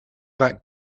that